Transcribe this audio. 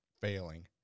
failing